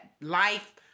life